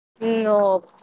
No